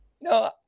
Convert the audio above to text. no